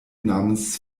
namens